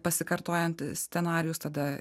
pasikartojantis scenarijus tada